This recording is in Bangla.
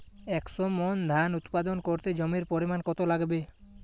একশো মন ধান উৎপাদন করতে জমির পরিমাণ কত লাগবে?